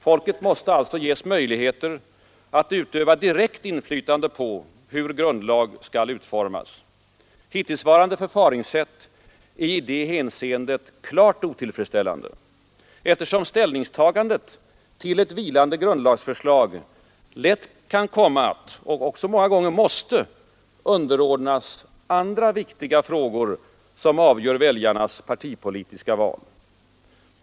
Folket måste ges möjligheter att utöva direkt inflytande på hur en grundlag skall utformas. Hittillsvarande förfaringssätt är i det hänseendet klart otillfredsställande, eftersom ställningstagandet till ett vilande grundlagsförslag lätt kan komma att underordnas andra viktiga frågor, som avgör väljarnas partipolitiska val.